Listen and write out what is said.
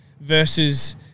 versus